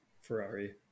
Ferrari